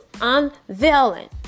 unveiling